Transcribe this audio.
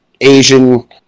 Asian